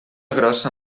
grossa